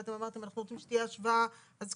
ואתם אמרתם שאתם רוצים שתהיה השוואה כל